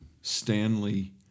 Stanley